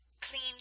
clean